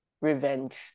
revenge